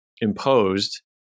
imposed